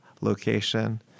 location